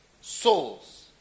Souls